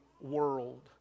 world